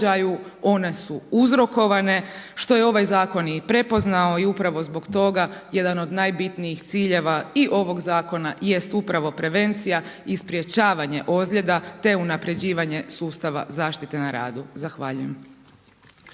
one su uzrokovane što je ovaj zakon i prepoznao i upravo zbog toga, jedan od najbitniji ciljeva i ovog zakona jest upravo prevencija i sprječavanje ozljeda te unaprjeđivanja sustava zaštite na radu. Zahvaljujem.